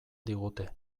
digute